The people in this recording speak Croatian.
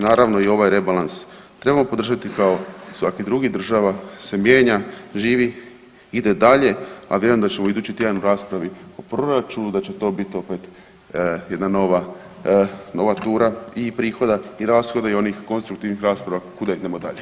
Naravno i ovaj rebalans trebamo podržati kako svaki drugi, država se mijenja, živi, ide dalje, a vjerujem da će u idući tjedan u raspravi o proračunu da će to bit opet jedna nova, nova tura i prihoda i rashoda i onih konstruktivnih rasprava kuda idemo dalje.